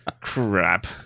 Crap